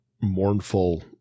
mournful